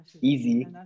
easy